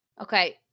Okay